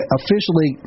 officially